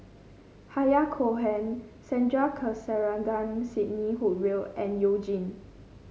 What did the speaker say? Yahya Cohen Sandrasegaran Sidney Woodhull and You Jin